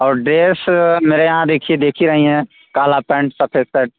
और ड्रेस मेरे यहाँ देखिए देख ही रही हैं काला पेंट सफ़ेद शर्ट